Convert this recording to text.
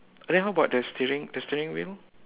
then how about the steering the steering wheel